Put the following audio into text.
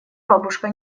бабушка